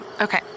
Okay